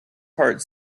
heart